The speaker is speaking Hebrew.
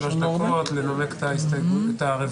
השתכנענו במידה